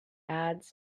ads